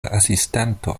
asistanto